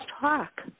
talk